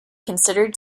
considered